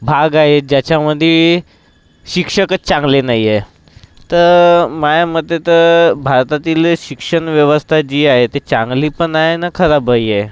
भाग आहेत ज्याच्यामध्ये शिक्षकच चांगले नाही आहे तर माया मते तर भारतातील शिक्षणव्यवस्था जी आहे ती चांगली पण आहे आणि खराबही आहे